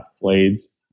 blades